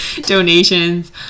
donations